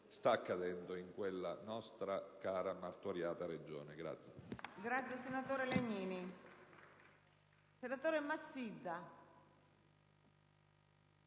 sta accadendo in quella nostra, cara, martoriata regione.